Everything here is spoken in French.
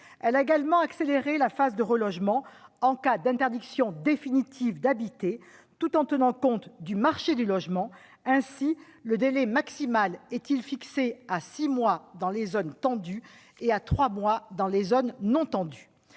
Elle a également accéléré la phase de relogement en cas d'interdiction définitive d'habiter, tout en tenant compte du marché du logement. Aussi le délai maximal est-il fixé à six mois dans les zones tendues et à trois mois dans les zones non tendues.